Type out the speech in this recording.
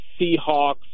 Seahawks